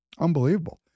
unbelievable